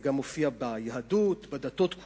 זה גם מופיע ביהדות, בדתות כולן.